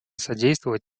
содействовать